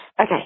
okay